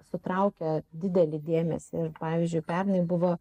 sutraukia didelį dėmesį pavyzdžiui pernai buvo